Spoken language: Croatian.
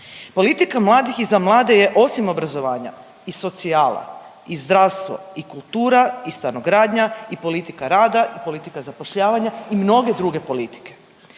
Politika mladih i za mlade je osim obrazovanja i socijala i zdravstvo i kultura i stanogradnja i politika rada i politika zapošljavanja i mnoge druge politike.